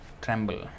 tremble